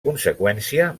conseqüència